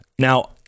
Now